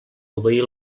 obeir